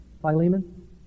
Philemon